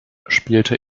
spielte